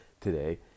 today